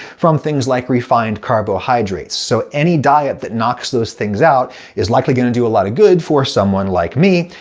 from things like refined carbohydrates. so any diet that knocks those things out is likely gonna do a lot of good for someone like me.